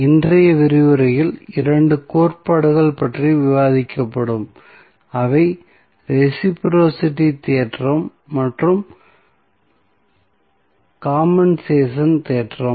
இன்றைய விரிவுரையில் 2 கோட்பாடுகள் பற்றி விவாதிக்கப்படும் அவை ரெஸிபிரோஸிட்டி தேற்றம் மற்றும் காம்பென்சேஷன் தேற்றம்